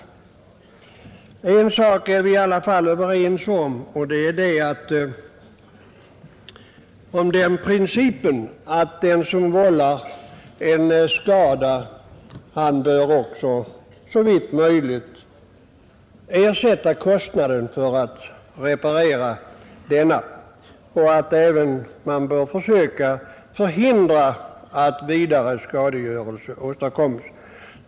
En sak är vi i alla fall överens om, och det är om principen att den som vållar en skada också såvitt möjligt bör stå för kostnaden för att reparera denna och även om att man bör försöka förhindra att vidare skadegörelse åstadkoms.